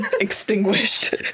extinguished